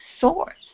source